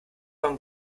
von